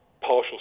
partial